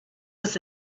was